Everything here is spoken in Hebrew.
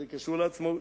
אז זה קשור לעצמאות.